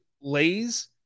Lays